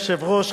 היושב-ראש,